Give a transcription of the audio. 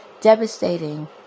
devastating